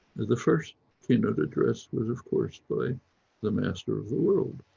the first keynote address was, of course, by the master of the world,